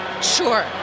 Sure